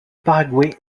paraguay